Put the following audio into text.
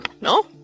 no